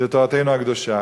זו תורתנו הקדושה.